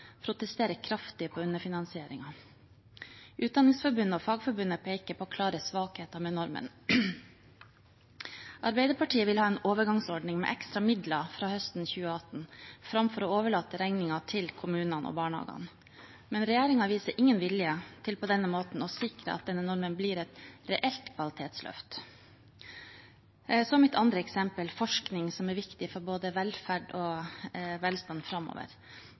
protesterer kraftig mot underfinansieringen. Utdanningsforbundet og Fagforbundet peker på klare svakheter med normen. Arbeiderpartiet vil ha en overgangsordning med ekstra midler fra høsten 2018 framfor å overlate regningen til kommunene og barnehagene. Men regjeringen viser ingen vilje til på denne måten å sikre at denne normen blir et reelt kvalitetsløft. Så til mitt andre eksempel, forskning, som er viktig for både velferd og velstand framover.